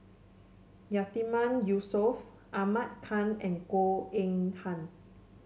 Yatiman Yusof Ahmad Khan and Goh Eng Han